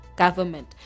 Government